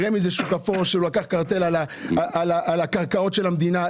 רמ"י זה שוק אפור שהוא לקח קרטל על הקרקעות של המדינה.